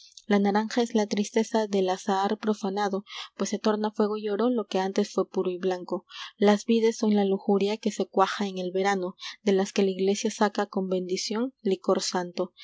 la naranja es la tristeza del azahar profanado lúes se torna fuego y oro lo que antes fué puro y blanco las vides son la lujuria que se cuaja en el verano l e las que la iglesia saca con bendición licor santo